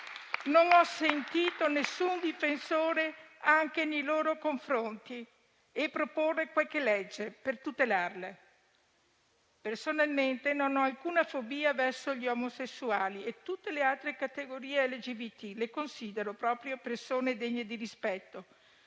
Non ho sentito alcun difensore nei loro confronti o proporre qualche legge per tutelarle. Personalmente non ho alcuna fobia verso gli omosessuali e tutte le altre categorie LGBT; le considero proprio persone degne di rispetto.